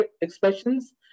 expressions